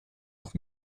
doch